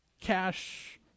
Cash